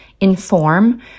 inform